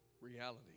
reality